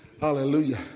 Hallelujah